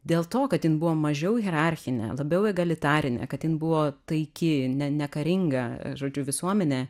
dėl to kad jin buvo mažiau hierarchinė labiau egalitarinė kad jin buvo taiki ne nekaringa žodžiu visuomenė